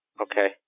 Okay